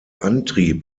antrieb